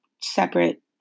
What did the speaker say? separate